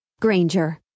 Granger